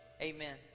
Amen